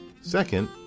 Second